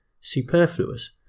superfluous